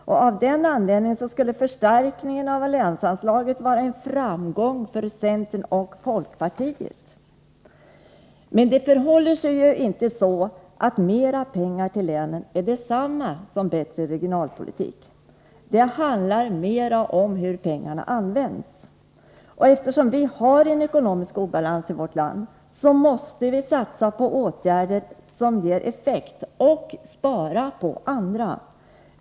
Av den anledningen skulle förstärkningen av länsanslaget vara en framgång för centern och folkpartiet. Men det förhåller sig inte så att mer pengar till länen är detsamma som bättre regionalpolitik. Det handlar mer om hur pengarna används. Eftersom vi har en ekonomisk obalans i vårt land, måste vi satsa på åtgärder som ger effekt och spara på andra.